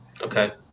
okay